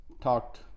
talked